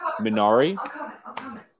Minari